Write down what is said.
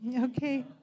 Okay